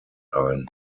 ein